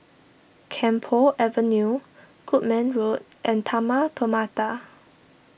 Camphor Avenue Goodman Road and Taman Permata